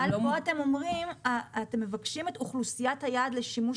כאן אתם מבקשים את אוכלוסיית היעד לשימוש